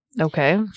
okay